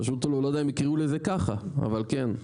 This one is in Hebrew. פשוט אני לא יודע אם יקראו לזה ככה, אבל כן,